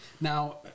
Now